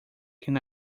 can